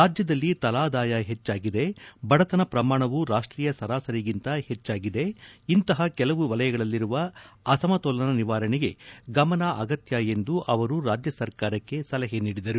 ರಾಜ್ಯದಲ್ಲಿ ತಲಾದಾಯ ಹೆಚ್ಚಾಗಿದೆ ಬಡತನ ಪ್ರಮಾಣವೂ ರಾಷ್ಟೀಯ ಸರಾಸರಿಗಿಂತ ಹೆಚ್ಚಾಗಿದೆ ಇಂತಹ ಕೆಲವು ವಲಯಗಳಲ್ಲಿರುವ ಅಸಮತೋಲನ ನಿವಾರಣೆಗೆ ಗಮನ ಅಗತ್ಯ ಎಂದು ಅವರು ರಾಜ್ಯ ಸರ್ಕಾರಕ್ಕೆ ಸಲಹೆ ನೀಡಿದರು